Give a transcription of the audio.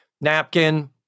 napkin